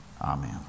Amen